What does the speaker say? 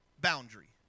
boundary